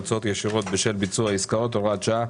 (הוצאות ישירות בשל ביצוע עסקאות) (הוראת שעה),